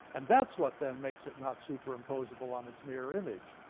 and that's what then makes it not superimposable on its mirror image.